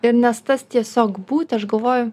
ir nes tas tiesiog būti aš galvoju